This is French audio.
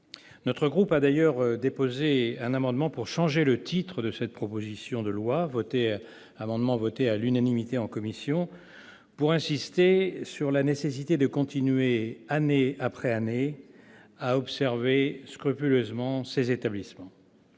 Notre groupe a d'ailleurs déposé un amendement tendant à changer le titre de cette proposition de loi- amendement soutenu à l'unanimité en commission -pour insister sur la nécessité de continuer, année après année, à observer scrupuleusement ces établissements.